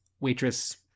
waitress